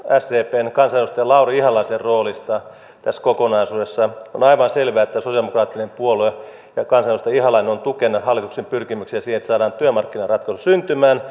sdpn kansanedustaja lauri ihalaisen roolista tässä kokonaisuudessa on aivan selvää että sosialidemokraattinen puolue ja kansanedustaja ihalainen ovat tukena hallituksen pyrkimyksessä siihen että saadaan työmarkkinaratkaisu syntymään